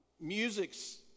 music's